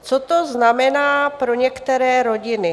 Co to znamená pro některé rodiny?